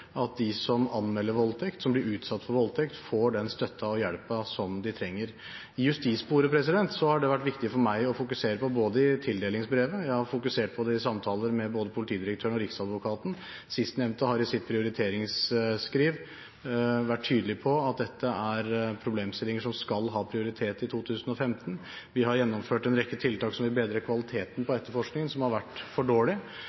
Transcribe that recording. at de som blir utsatt for voldtekt, som anmelder voldtekt, får den støtten og hjelpen som de trenger. I justissporet har det vært viktig for meg å fokusere på det i tildelingsbrevet, jeg har fokusert på det i samtaler med både politidirektøren og riksadvokaten. Sistnevnte har i sitt prioriteringsskriv vært tydelig på at dette er problemstillinger som skal ha prioritet i 2015. Vi har gjennomført en rekke tiltak som vil bedre kvaliteten på etterforskning som har vært for dårlig,